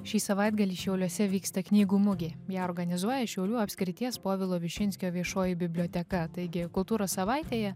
šį savaitgalį šiauliuose vyksta knygų mugė ją organizuoja šiaulių apskrities povilo višinskio viešoji biblioteka taigi kultūros savaitėje